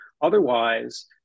otherwise